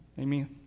Amen